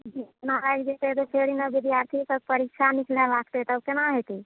दूइ महिना लागि जेतै तऽ फेर विद्यार्थी सब परीक्षा निकले लागतै तब केना होयतै